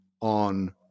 on